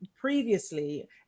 previously